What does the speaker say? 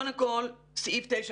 סעיף 9,